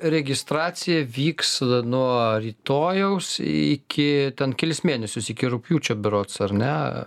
registracija vyks nuo rytojaus iki ten kelis mėnesius iki rugpjūčio berods ar ne